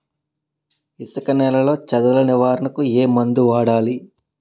ఇసుక నేలలో చదల నివారణకు ఏ మందు వాడాలి?